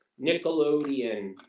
Nickelodeon